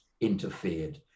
interfered